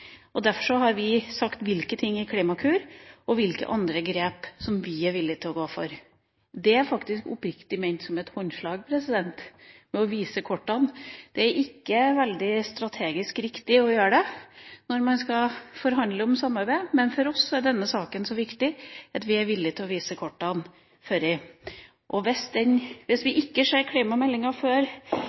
er faktisk oppriktig ment som et håndslag. Vi viser kortene – det er ikke veldig strategisk riktig å gjøre det når man skal forhandle om samarbeid, men for oss er denne saken så viktig at vi er villige til å vise kortene på forhånd. Hvis vi ikke ser klimameldinga før